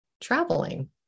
traveling